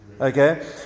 Okay